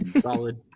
solid